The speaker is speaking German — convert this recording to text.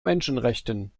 menschenrechten